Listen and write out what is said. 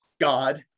God